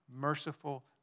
merciful